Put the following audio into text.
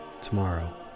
tomorrow